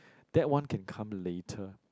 that one can come later